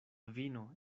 vino